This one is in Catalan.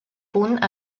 punt